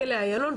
בכלא איילון,